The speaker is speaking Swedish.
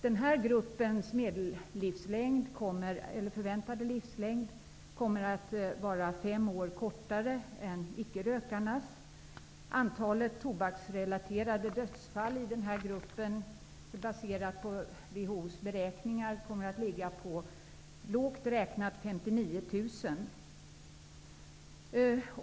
Den förväntade livslängden för den gruppen kommer att vara fem år kortare än icke-rökarnas. Antalet tobaksrelaterade dödsfall i gruppen, baserat på WHO:s beräkningar, kommer att ligga på lågt räknat 59 000.